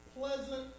pleasant